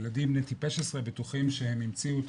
ילדים בני טיפש עשרה בטוחים שהם המציאו את